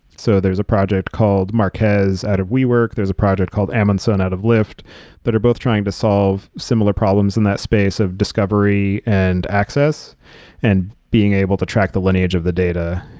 so there's a project called marquez out of wework. there's a project called amundsen out of lyft that are both trying to solve similar problems in that space of discovery and access and being able to track the lineage of the data.